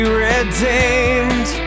redeemed